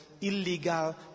illegal